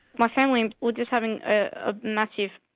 my family were just having a massive,